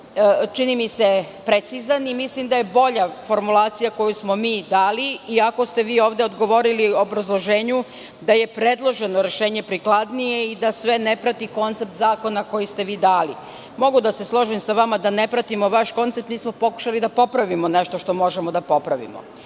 čini mi se, precizan i mislim da je bolja formulacija koju smo mi dali, iako ste vi ovde odgovorili u obrazloženju da je predloženo rešenje prikladnije i da sve ne prati koncept zakona koji ste vi dali. Mogu da se složim sa vama da ne pratimo vaš koncept, mi smo pokušali da popravimo nešto što možemo da popravimo.